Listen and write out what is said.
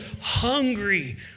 hungry